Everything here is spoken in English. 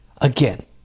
Again